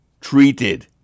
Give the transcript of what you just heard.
Treated